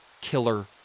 killer